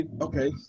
Okay